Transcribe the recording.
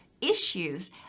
issues